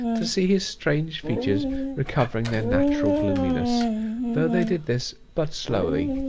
to see his strange features recovering their natural gloominess though they did this but slowly,